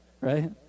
right